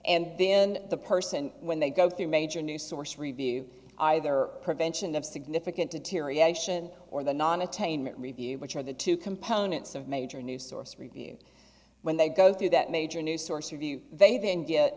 and then the person when they go through major new source review either prevention of significant deterioration or the non attainment review which are the two components of major new source review when they go through that major new source review they